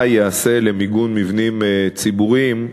מה ייעשה למיגון מבנים ציבוריים,